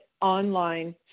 online